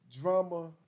drama